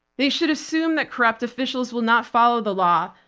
they should assume that corrupt officials will not follow the law,